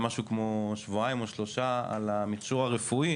משהו כמו שבועיים או שלושה על המכשור הרפואי,